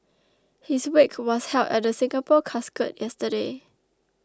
his wake was held at the Singapore Casket yesterday